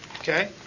Okay